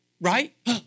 right